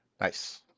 Nice